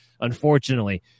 unfortunately